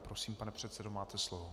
Prosím, pane předsedo, máte slovo.